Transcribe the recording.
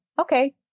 okay